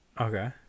Okay